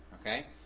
okay